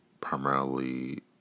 primarily